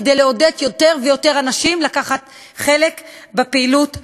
כדי לעודד יותר ויותר אנשים לקחת חלק בפעילות הספורטיבית,